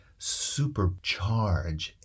supercharge